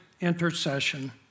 intercession